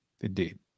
Indeed